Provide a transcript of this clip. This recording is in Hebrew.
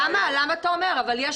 למה אתה אומר את זה?